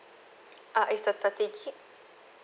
uh is the thirty gig